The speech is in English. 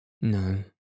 No